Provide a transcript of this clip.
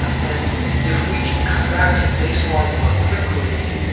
and if we can come back to baseline more quickly,